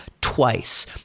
twice